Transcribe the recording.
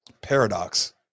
paradox